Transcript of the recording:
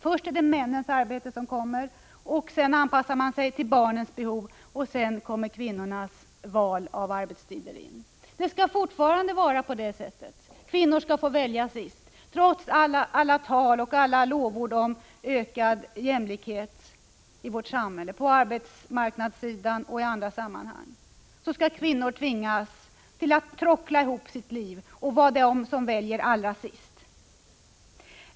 Först kommer männens arbete, sedan anpassar man sig till barnens behov, och därefter kommer kvinnornas val av arbetstider. Det skall fortfarande vara på det sättet — att kvinnor skall få välja sist. Trots alla tal och alla lovord om ökad jämlikhet i vårt samhälle, på arbetsmarknadssidan och i andra sammanhang, skall alltså kvinnor tvingas tråckla ihop sitt liv, vara de som väljer allra sist.